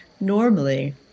normally